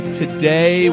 today